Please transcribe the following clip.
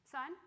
Son